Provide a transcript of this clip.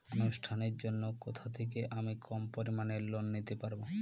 অনুষ্ঠানের জন্য কোথা থেকে আমি কম পরিমাণের লোন নিতে পারব?